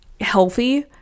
healthy